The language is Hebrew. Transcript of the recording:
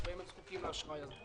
שבה הם זקוקים לאשראי הזה.